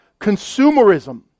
consumerism